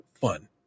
fun